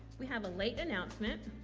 we have a late announcement